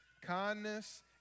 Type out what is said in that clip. kindness